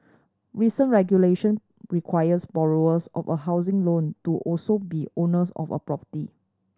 recent regulation requires borrowers of a housing loan to also be owners of a property